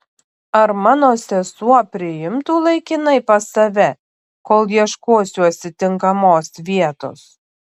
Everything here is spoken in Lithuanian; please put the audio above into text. ar mano sesuo priimtų laikinai pas save kol ieškosiuosi tinkamos vietos